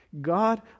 God